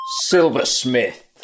silversmith